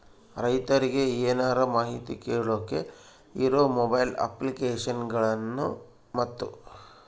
ರೈತರಿಗೆ ಏನರ ಮಾಹಿತಿ ಕೇಳೋಕೆ ಇರೋ ಮೊಬೈಲ್ ಅಪ್ಲಿಕೇಶನ್ ಗಳನ್ನು ಮತ್ತು?